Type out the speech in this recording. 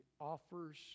offers